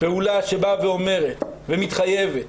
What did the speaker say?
פעולה שבאה ואומרת ומתחייבת